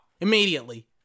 immediately